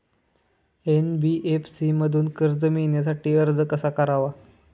NBFC मधून कर्ज मिळवण्यासाठी अर्ज कसा करावा?